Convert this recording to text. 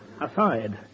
Aside